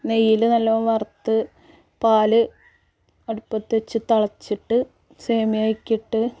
നെയ്യിൽ നല്ലോണം വറുത്ത് പാൽ അടുപ്പത്ത് വെച്ച് തിളച്ചിട്ട് സേമിയ ഒക്കെ ഇട്ട്